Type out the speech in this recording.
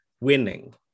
winning